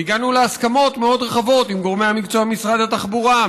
והגענו להסכמות מאוד רחבות עם גורמי המקצוע במשרד התחבורה,